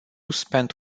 spent